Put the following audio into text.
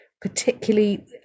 particularly